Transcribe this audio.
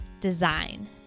Design